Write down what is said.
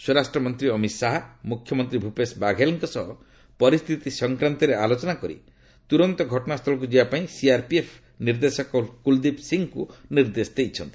ସ୍ୱରାଷ୍ଟ୍ରମନ୍ତ୍ରୀ ଅମିତ ଶାହା ମୁଖ୍ୟମନ୍ତ୍ରୀ ଭୂପେଶ ବାଘେଲଙ୍କ ସହ ପରିସ୍ଥିତି ସଂକ୍ରାନ୍ତରେ ଆଲୋଚନା କରି ତୁରନ୍ତ ଘଟଣାସ୍ଥଳକୁ ଯିବାପାଇଁ ସିଆର୍ପିଏଫ୍ ନିର୍ଦ୍ଦେଶକ କୁଲଦୀପ ସିଂହଙ୍କୁ ନିର୍ଦ୍ଦେଶ ଦେଇଛନ୍ତି